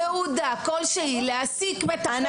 תעודה כלשהו להעסיק מטפלת או סייעת?